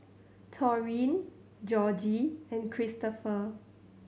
Taurean Georgie and Kristopher